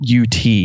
UT